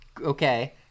Okay